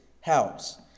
house